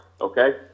okay